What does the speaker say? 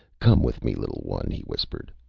come with me, little one, he whispered.